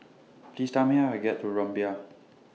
Please Tell Me How to get to Rumbia